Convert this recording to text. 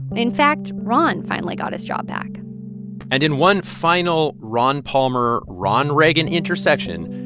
in fact, ron finally got his job back and in one final ron-palmer, ron-reagan intersection,